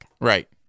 Right